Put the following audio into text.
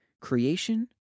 creation